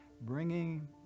bringing